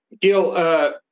Gil